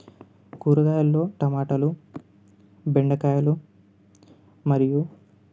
కూరగాయలలో టమాటాలు బెండకాయలు మరియు